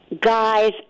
guys